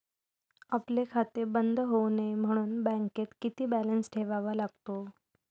आपले खाते बंद होऊ नये म्हणून बँकेत किती बॅलन्स ठेवावा लागतो?